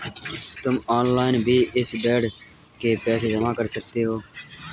तुम ऑनलाइन भी इस बेड के पैसे जमा कर सकते हो